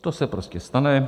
To se prostě stane.